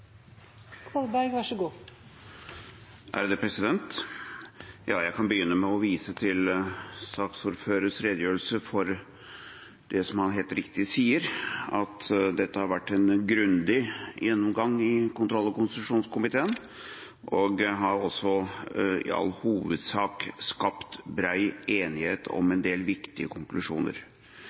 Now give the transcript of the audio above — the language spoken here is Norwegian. Jeg kan begynne med å vise til saksordførerens redegjørelse. Som han helt riktig sier, har det vært en grundig gjennomgang i kontroll- og konstitusjonskomiteen, og i all hovedsak er det skapt bred enighet om en del viktige konklusjoner.